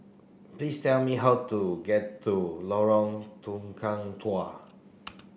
please tell me how to get to Lorong Tukang Dua